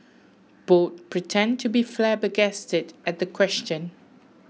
both pretend to be flabbergasted at the question